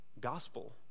gospel